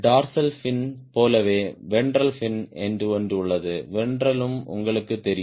dorsal fin போலவே ventral fin என்று ஒன்று உள்ளது வென்ட்ரலும் உங்களுக்குத் தெரியும்